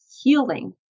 healing